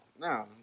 No